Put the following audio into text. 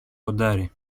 κοντάρι